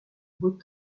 beau